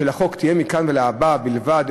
של החוק תהיה מכאן ולהבא בלבד,